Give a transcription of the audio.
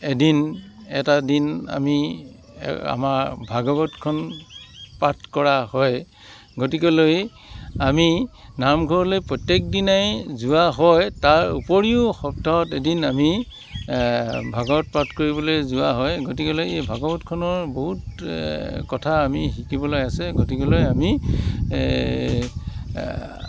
এদিন এটা দিন আমি আমাৰ ভাগৱতখন পাঠ কৰা হয় গতিকেলৈ আমি নামঘৰলৈ প্ৰত্যেক দিনাই যোৱা হয় তাৰ উপৰিও সপ্তাহত এদিন আমি ভাগৱত পাঠ কৰিবলৈ যোৱা হয় গতিকেলৈ এই ভাগৱতখনৰ বহুত কথা আমি শিকিবলৈ আছে গতিকেলৈ আমি